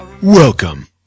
Welcome